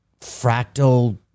fractal